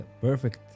perfect